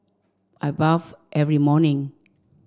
I bathe every morning